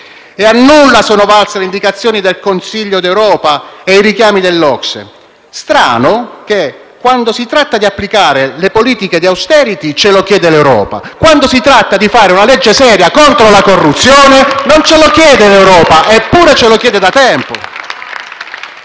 A nulla sono valse le indicazioni del Consiglio d'Europa e i richiami dell'OCSE. È strano che, quando si tratta di applicare le politiche di *austerity*, «ce lo chiede l'Europa»; quando invece si tratta di fare una legge seria contro la corruzione, non ce lo chiede l'Europa. Eppure ce lo chiede da tempo.